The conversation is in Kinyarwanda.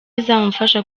izamufasha